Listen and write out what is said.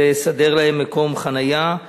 לסדר להם מקום חנייה,